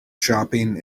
shopping